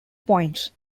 points